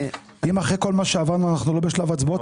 אם אחרי כל מה שעברנו אנחנו לא בשלב ההצבעות,